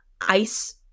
ice